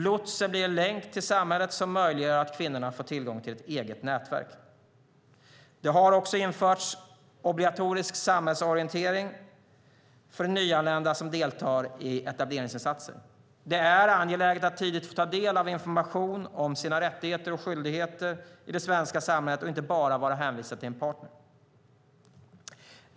Lotsen blir en länk till samhället som möjliggör att kvinnorna får tillgång till ett eget nätverk. Det har också införts obligatorisk samhällsorientering för nyanlända som deltar i etableringsinsatser. Det är angeläget att tidigt få ta del av information om sina rättigheter och skyldigheter i det svenska samhället och inte bara vara hänvisad till en partner.